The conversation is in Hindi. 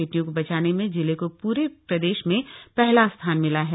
बेटियों को बचाने में जिले को पूरे प्रदेश में पहला स्थान मिला है